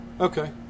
Okay